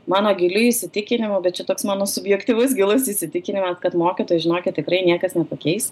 mano giliu įsitikinimu bet čia toks mano subjektyvus gilus įsitikinimas kad mokytojų žinokit tikrai niekas nepakeis